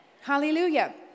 Hallelujah